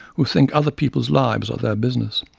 who think other peoples' lives are their business.